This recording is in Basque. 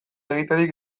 egiterik